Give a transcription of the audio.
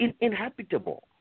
inhabitable